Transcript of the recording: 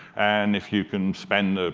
and if you can spend ah